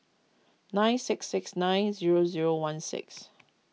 nine six six nine zero zero one six